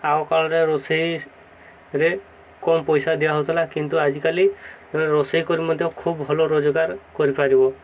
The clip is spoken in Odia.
ଆଗକାଳରେ ରୋଷେଇରେ କମ୍ ପଇସା ଦିଆହଉଥିଲା କିନ୍ତୁ ଆଜିକାଲି ରୋଷେଇ କରି ମଧ୍ୟ ଖୁବ୍ ଭଲ ରୋଜଗାର କରିପାରିବ